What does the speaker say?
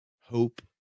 hope